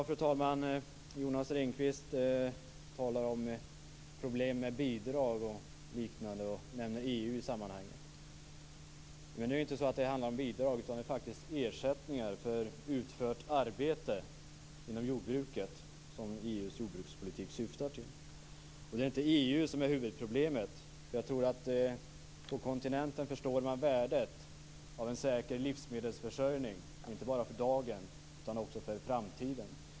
Fru talman! Jonas Ringqvist talade om problemen med bidrag och liknande, och han nämnde EU i sammanhanget. Men nu handlar det inte om bidrag, utan det är faktiskt ersättningar för utfört arbete inom jordbruket som EU:s jordbrukspolitik syftar till. Det är inte EU som är huvudproblemet. På kontinenten förstår man värdet av en säker livsmedelsförsörjning, inte bara för dagen utan också för framtiden.